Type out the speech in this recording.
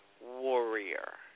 warrior